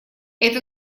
это